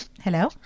Hello